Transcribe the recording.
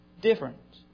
different